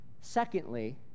secondly